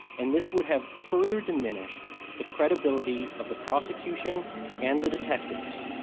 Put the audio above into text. and this would have further diminished the credibility of the prosecution and the detectives.